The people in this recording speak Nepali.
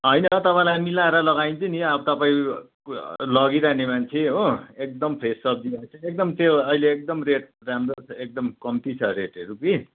होइन तपाईँलाई मिलाएर लगाइदिन्छु नि अब तपाईँ लगिरहने मान्छे हो एकदम फ्रेस सब्जी एकदम त्यो अहिले एकदम रेट राम्रो छ एकदम कम्ती छ रेटहरू कि